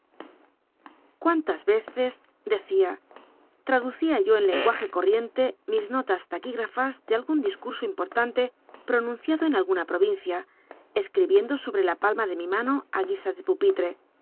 tntas veces decía traducía yo en lenguaje corriente mis notas laquigrmicas de algun discurso importanle pronunciado en alguna provincia escrij iendo sobre la pal ma de mi mano t guisa ele pupitre